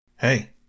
Hey